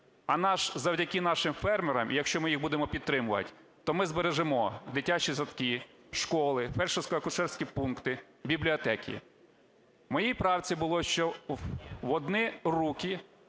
А завдяки нашим фермерам, якщо ми їх будемо підтримувати, то ми збережемо дитячі садки, школи, фельдшерсько-акушерські пункти, бібліотеки. В моїй правці було, що в одні руки